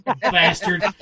Bastard